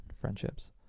friendships